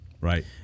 right